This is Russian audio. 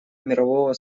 мирового